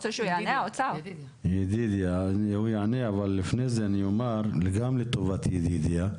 אומר גם לטובת ידידיה,